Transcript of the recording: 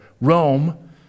Rome